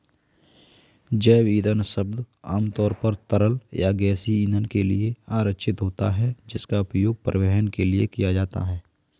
जैव ईंधन शब्द आमतौर पर तरल या गैसीय ईंधन के लिए आरक्षित होता है, जिसका उपयोग परिवहन के लिए किया जाता है